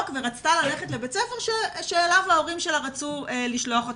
ורצתה ללכת לבית ספר שאליו ההורים שלה רצו לשלוח אותה.